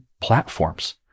platforms